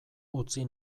utzi